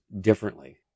differently